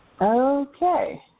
Okay